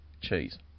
cheese